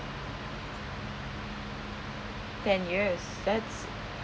ten years that's